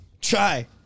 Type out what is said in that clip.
Try